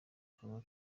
kanwa